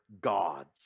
gods